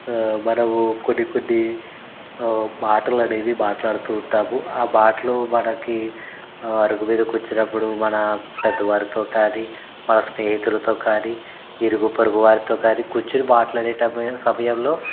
మనము కొన్ని కొన్ని మాటలనేవి మాట్లాడుతూ ఉంటాము ఆ మాటలు మనకి అరుగు మీద కూర్చున్నప్పుడు మన పెద్దవారితో కానీ మన స్నేహితులతో కానీ ఇరుగుపొరుగు వారితో కానీ కూర్చొని మాట్లాడే ట సమయంలో